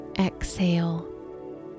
Exhale